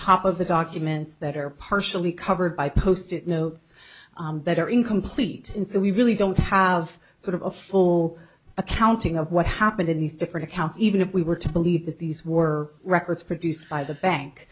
top of the documents that are partially covered by post it notes that are incomplete and so we really don't have sort of a full accounting of what happened in these different accounts even if we were to believe that these were records produced by the bank